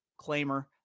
claimer